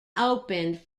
opened